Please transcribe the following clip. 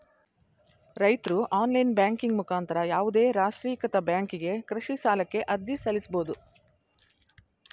ರೈತ್ರು online banking ಮುಖಾಂತರ ಯಾವುದೇ ರಾಷ್ಟ್ರೀಕೃತ ಬ್ಯಾಂಕಿಗೆ ಕೃಷಿ ಸಾಲಕ್ಕೆ ಅರ್ಜಿ ಸಲ್ಲಿಸಬೋದು